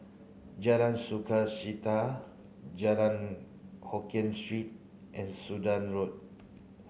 Jalan Sukachita Jalan Hokkien Street and Sudan Road